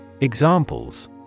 Examples